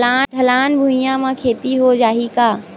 ढलान भुइयां म खेती हो जाही का?